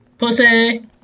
Pussy